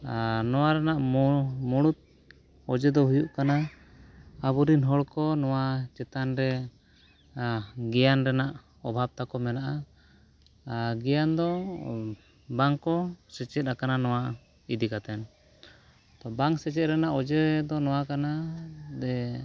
ᱟᱨ ᱱᱚᱣᱟ ᱨᱮᱱᱟᱜ ᱢᱩᱞ ᱢᱩᱬᱩᱫ ᱚᱡᱮ ᱫᱚ ᱦᱩᱭᱩᱜ ᱠᱟᱱᱟ ᱟᱵᱚ ᱨᱮᱱ ᱦᱚᱲ ᱠᱚ ᱱᱚᱣᱟ ᱪᱮᱛᱟᱱ ᱨᱮ ᱜᱮᱭᱟᱱ ᱨᱮᱱᱟᱜ ᱚᱵᱷᱟᱵ ᱛᱟᱠᱚ ᱢᱮᱱᱟᱜᱼᱟ ᱜᱮᱭᱟᱱ ᱫᱚ ᱵᱟᱝ ᱠᱚ ᱥᱮᱪᱮᱫ ᱟᱠᱟᱱᱟ ᱱᱚᱣᱟ ᱤᱫᱤ ᱠᱟᱛᱮᱫ ᱛᱚ ᱵᱟᱝ ᱥᱮᱪᱮᱫ ᱨᱮᱱᱟᱜ ᱚᱡᱮ ᱫᱚ ᱱᱚᱣᱟ ᱠᱟᱱᱟ ᱡᱮ